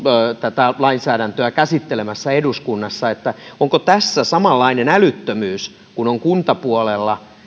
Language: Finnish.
tätä lainsäädäntöä käsittelemässä eduskunnassa onko tässä samanlainen älyttömyys kuin on kuntapuolella